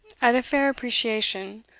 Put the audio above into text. at a fair appreciation,